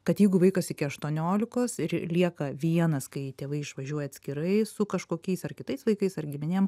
kad jeigu vaikas iki aštuoniolikos ir lieka vienas kai tėvai išvažiuoja atskirai su kažkokiais ar kitais vaikais ar giminėm